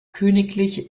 königlich